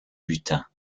butin